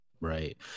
Right